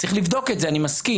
צריך לבדוק את זה, אני מסכים.